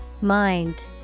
Mind